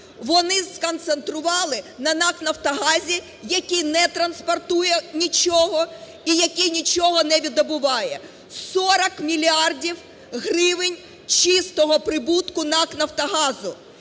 вони сконцентрували на НАК "Нафтогазі", який не транспортує нічого і який нічого не видобуває. 40 мільярдів гривень чистого прибутку НАК "Нафтогазу"